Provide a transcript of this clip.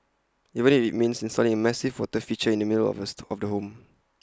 even if IT means installing A massive water feature in the middle of the of the home